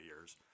years